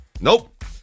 Nope